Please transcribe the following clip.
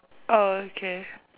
orh okay